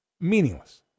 meaningless